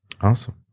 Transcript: awesome